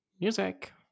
Music